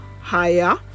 higher